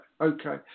okay